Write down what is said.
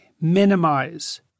minimize